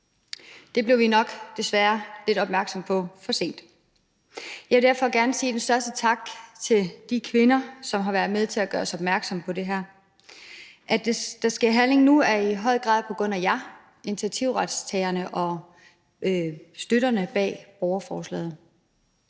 Det blev vi nok desværre lidt opmærksomme på for sent. Jeg vil derfor gerne sige den største tak til de kvinder, som har været med til at gøre os opmærksomme på det her. At der sker handling nu, er i høj grad på grund af jer, initiativtagerne og støtterne bag borgerforslaget.